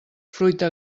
fruita